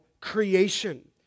creation